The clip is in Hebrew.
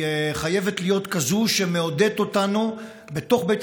היא חייבת להיות כזאת שמעודדת אותנו בתוך בית